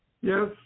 Yes